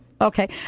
Okay